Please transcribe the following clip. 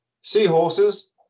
Seahorses